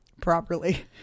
properly